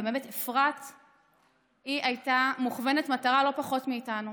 ובאמת אפרת הייתה מוכוונת מטרה לא פחות מאיתנו,